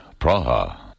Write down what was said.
Praha